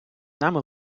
нами